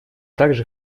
также